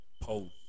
post